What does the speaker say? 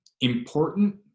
important